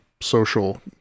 social